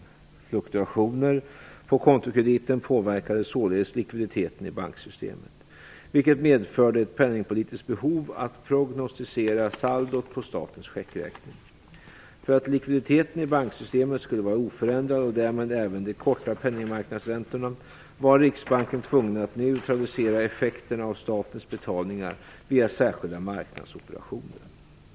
Fluktuationer på kontokrediten påverkades således likviditeten i banksystemet, vilket medförde ett penningpolitiskt behov att prognostisera saldot på statens checkräkning. För att likviditeten i banksystemet skulle vara oförändrad, och därmed även de korta penningmarknadsräntorna, var Riksbanken tvungen att neutralisera effekterna av statens betalningar via särskilda marknadsoperationer.